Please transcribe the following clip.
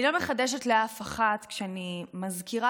אני לא מחדשת לאף אחת כשאני מזכירה